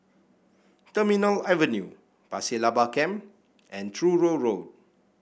Terminal Avenue Pasir Laba Camp and Truro Road